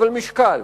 אבל משקל,